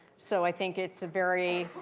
so i think it's very